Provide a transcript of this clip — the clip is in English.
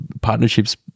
partnerships